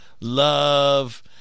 love